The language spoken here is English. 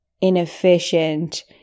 inefficient